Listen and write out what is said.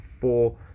four